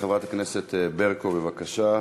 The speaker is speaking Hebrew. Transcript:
חברת הכנסת ברקו, בבקשה.